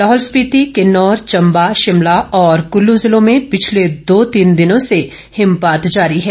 लाहौल स्पिति किन्नौर चम्बा शिमला और कल्ल जिलों में पिछले दो तीन दिनों से हिमपात जारी है